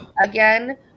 again